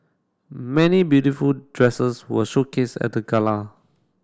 many beautiful dresses were showcased at the gala